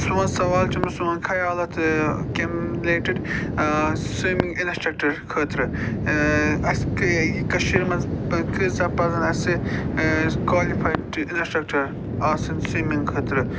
سون سَوال چھُ خیالات کَمہِ رِلیٹِڈ سِومِنٛگ اِنَسٹرٛکٹر خٲطرٕ اَسہِ کٔشیٖرِ مَنٛز پَزَن اَسہِ کالِفایڈ اِنَسٹرٛکٹَر آسٕنۍ سِومِنٛگ خٲطرٕ